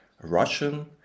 Russian